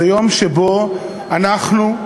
זה יום שבו אנחנו,